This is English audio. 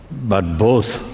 but both,